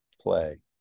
play